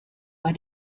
bei